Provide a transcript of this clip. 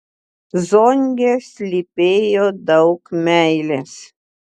zonge slypėjo daug meilės